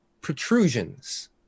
protrusions